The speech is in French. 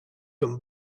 comme